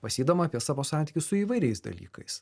mąstydama apie savo santykius su įvairiais dalykais